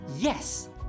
Yes